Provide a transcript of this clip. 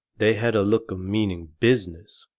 they had a look of meaning business.